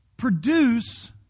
Produce